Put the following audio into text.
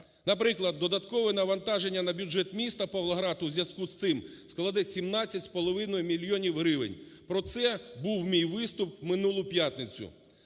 Наприклад, додаткове навантаження на бюджет міста Павлоград в зв'язку з цим складе 17,5 мільйонів гривень, про це був мій виступ у минулу п'ятницю.